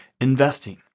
investing